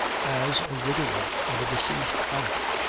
as a widower of a deceased wife.